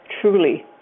truly